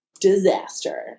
disaster